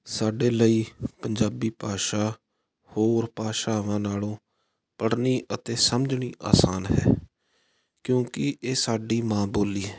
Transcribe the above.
ਸਾਡੇ ਲਈ ਪੰਜਾਬੀ ਭਾਸ਼ਾ ਹੋਰ ਭਾਸ਼ਾਵਾਂ ਨਾਲੋਂ ਪੜ੍ਹਨੀ ਅਤੇ ਸਮਝਣੀ ਆਸਾਨ ਹੈ ਕਿਉਂਕਿ ਇਹ ਸਾਡੀ ਮਾਂ ਬੋਲੀ